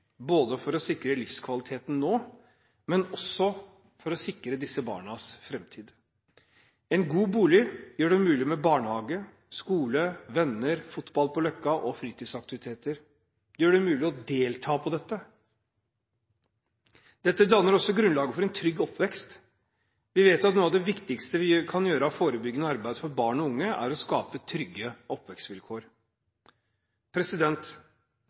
både for å sikre livskvaliteten nå og for å sikre disse barnas framtid. En god bolig gjør det mulig med barnehage, skole, venner, fotball på løkka og fritidsaktiviteter. Det gjør det mulig å delta på dette. Dette danner også grunnlaget for en trygg oppvekst. Vi vet at noe av det viktigste vi kan gjøre av forebyggende arbeid for barn og unge, er å skape trygge